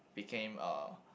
became a